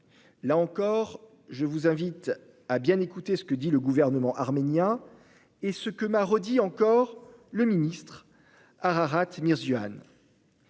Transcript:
Là encore, je vous invite à bien écouter ce que dit le gouvernement arménien et ce que m'a répété le ministre Ararat Mirzoyan